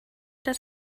dass